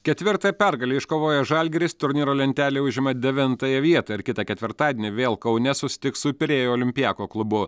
ketvirtą pergalę iškovojęs žalgiris turnyro lentelėje užima devintąją vietą ir kitą ketvirtadienį vėl kaune susitiks su pirėjo olympiako klubu